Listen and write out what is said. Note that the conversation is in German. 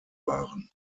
waren